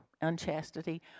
unchastity